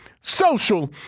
social